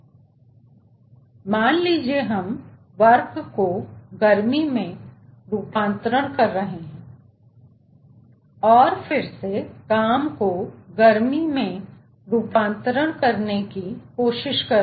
इसलिए मान लीजिए हम काम को गर्मी में रुपांतरण कर रहे हैं और हम फिर से काम को गर्मी में रुपांतरण करने की कोशिश कर रहे हैं